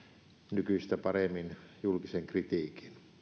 nykyistä paremmin julkisen kritiikin